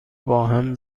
باهم